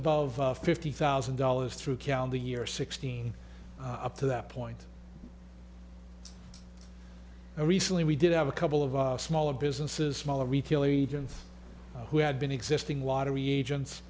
above fifty thousand dollars through calendar year sixteen up to that point recently we did have a couple of smaller businesses smaller retailers agents who had been existing lottery agents